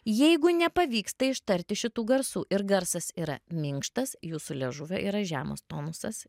jeigu nepavyksta ištarti šitų garsų ir garsas yra minkštas jūsų liežuvio yra žemas tonusas